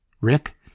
Rick